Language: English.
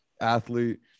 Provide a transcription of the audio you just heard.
athlete